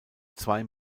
zwei